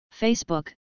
Facebook